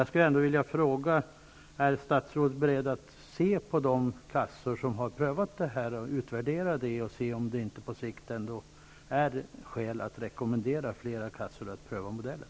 Jag skulle vilja fråga: Är statsrådet beredd att se på de kassor som har prövat modellen och göra en utvärdering för att avgöra om det ändå inte på sikt är skäl att rekommendera flera kassor att också pröva modellen?